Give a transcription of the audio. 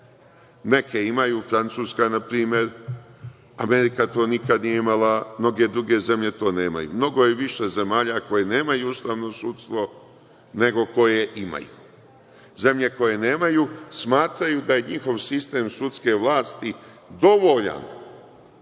neke imaju, Francuska na primer, Amerika to nikada nije imala, mnoge druge zemlje to nemaju, mnogo je više zemalja koje nemaju ustavno sudstvo, nego koje imaju. Zemlje koje nemaju smatraju da je njihov sistem sudske vlasti dovoljan